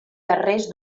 darrers